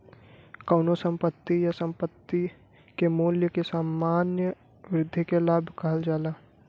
कउनो संपत्ति या संपत्ति के मूल्य में सामान्य वृद्धि के लाभ कहल जाला